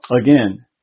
again